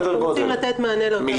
אנחנו רוצים לתת מענה ל --- סדר גודל,